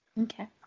Okay